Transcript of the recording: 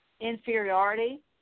inferiority